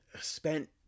spent